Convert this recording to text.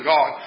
God